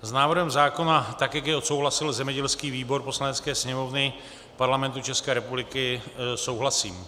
S návrhem zákona, tak jak jej odsouhlasil zemědělský výbor Poslanecké sněmovny Parlamentu České republiky, souhlasím.